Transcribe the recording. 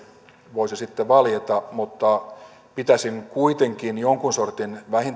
voisi sitten valjeta mutta pitäisin kuitenkin vähintäänkin jonkun sortin